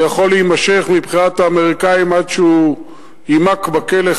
זה יכול להימשך מבחינת האמריקנים עד שהוא יימק בכלא,